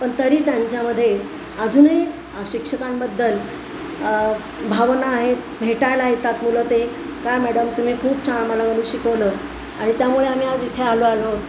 पण तरी त्यांच्यामध्ये अजूनही शिक्षकांबद्दल भावना आहेत भेटायला येतात मुलं ते काय मॅडम तुम्ही खूप छान आम्हाला गाणं शिकवलं आणि त्यामुळे आम्ही आज इथे आलो आलो